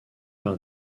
par